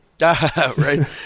right